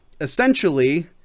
essentially